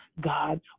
God